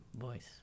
voice